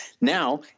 Now